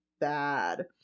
bad